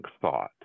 thought